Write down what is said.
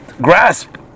grasp